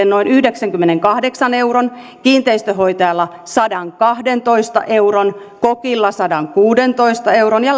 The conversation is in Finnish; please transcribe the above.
noin yhdeksänkymmenenkahdeksan euron kiinteistönhoitajalle sadankahdentoista euron kokille sadankuudentoista euron ja